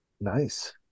Nice